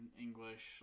English